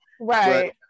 Right